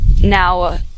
now